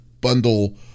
bundle